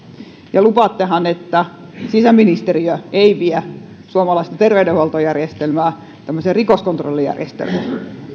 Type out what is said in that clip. ja lupaattehan että sisäministeriö ei vie suomalaista terveydenhuoltojärjestelmää tämmöiseen rikoskontrollijärjestelmään